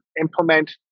implement